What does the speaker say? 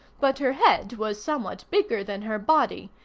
but her head was somewhat bigger than her body,